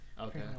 Okay